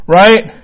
right